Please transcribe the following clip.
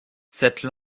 cette